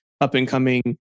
up-and-coming